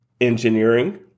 engineering